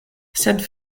sed